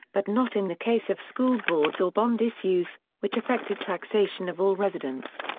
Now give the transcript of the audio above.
but not in the case of school boards or bond issues, which affected taxation of all residents.